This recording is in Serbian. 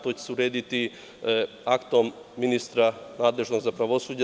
To će se urediti aktom ministra nadležnog za pravosuđe.